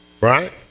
right